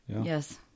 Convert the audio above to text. yes